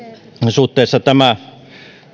suhteessa tämä